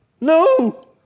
No